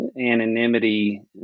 anonymity